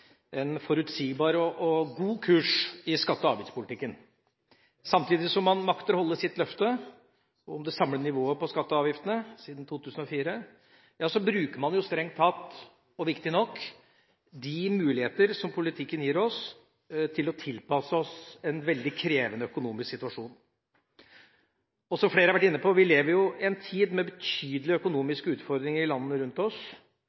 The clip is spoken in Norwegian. en forutsigbar og god kurs i skatte- og avgiftspolitikken. Samtidig som man makter å holde sitt løfte om et samlet nivå på skatter og avgifter som i 2004, bruker man strengt tatt – og viktig nok – de muligheter som politikken gir oss til å tilpasse oss en veldig krevende økonomisk situasjon. Som flere har vært inne på: Vi lever i en tid med betydelige økonomiske utfordringer i landene rundt oss,